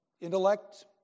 intellect